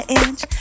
inch